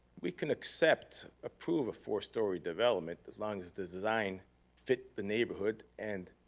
we can accept, approve a four story development as long as the design fit the neighborhood and